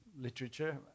literature